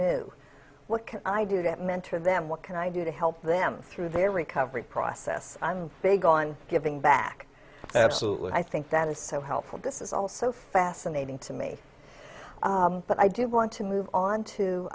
new what can i do that mentor them what can i do to help them through their recovery process i'm big on giving back absolutely i think that is so helpful this is all so fascinating to me but i do want to move on to